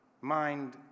mind